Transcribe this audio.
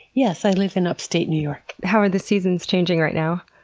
yes, i live in upstate new york. how are the seasons changing right now?